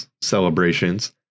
celebrations